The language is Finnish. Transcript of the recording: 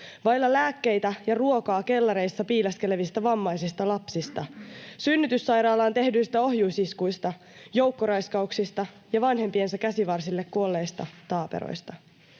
vailla lääkkeitä ja ruokaa kellareissa piileskelevistä vammaisista lapsista, synnytyssairaalaan tehdyistä ohjusiskuista, joukkoraiskauksista ja vanhempiensa käsivarsille kuolleista taaperoista.